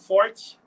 Forte